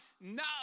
No